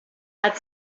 hat